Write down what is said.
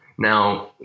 Now